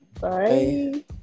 Bye